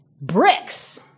bricks